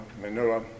Manila